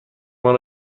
مان